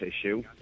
issue